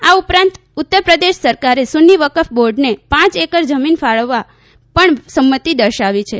આ ઉપરાંત ઉત્તરપ્રદેશ સરકારે સુન્ની વકફ બોર્ડને પાંચ એકર જમીન ફાળવવા પણ સંમતિ દર્શાવી છે